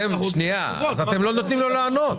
אתם לא נותנים לו לענות.